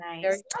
Nice